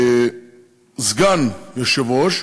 סגן יושב-ראש,